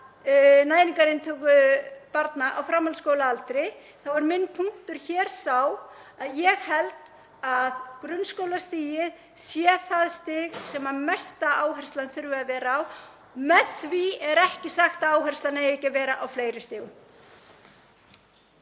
næringarinntöku barna á framhaldsskólaaldri þá er minn punktur sá að ég held að grunnskólastigið sé það stig sem mesta áherslan þurfi að vera á. Þar með er ekki sagt að áherslan eigi ekki að vera á fleiri stigum.